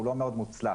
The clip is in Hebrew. הוא לא מאוד מוצלח.